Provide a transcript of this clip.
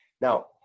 Now